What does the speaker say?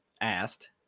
asked